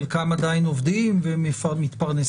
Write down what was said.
חלקם עדיין עובדים ומתפרנסים,